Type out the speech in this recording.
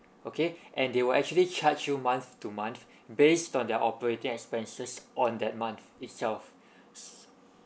okay and they will actually charge you month to month based on their operating expenses on that month itself